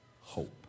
hope